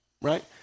right